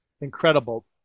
incredible